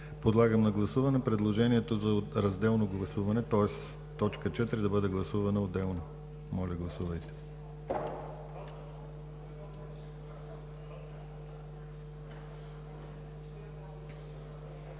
Подлагам на гласуване предложението за разделно гласуване – т. 4 да бъде гласувана отделно. Гласували